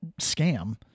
scam